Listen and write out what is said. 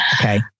Okay